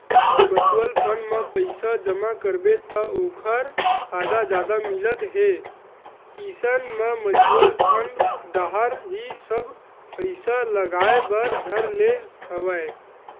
mutual fund म पइसा जमा करबे त ओखर फायदा जादा मिलत हे इसन म म्युचुअल फंड डाहर ही सब पइसा लगाय बर धर ले हवया